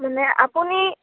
মানে আপুনি